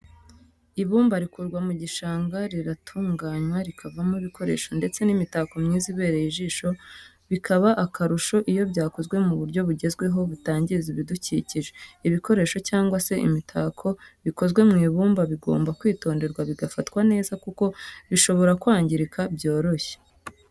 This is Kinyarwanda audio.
Ibumba rikurwa mu gishanga riratunganywa rikavamo ibikoresho ndetse n'imitako myiza ibereye ijisho bikaba akarusho iyo byakozwe mu buryo bugezweho butangiza ibidukikije. ibikoresho cyangwa se imitako bikozwe mu ibumba bigomba kwitonderwa bigafatwa neza kuko bishobora kwangirika byoroshye.